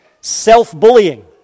Self-bullying